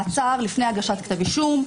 מעצר לפני הגשת כתב אישום.